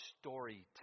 storytelling